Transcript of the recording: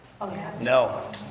No